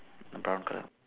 brown colour